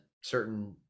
certain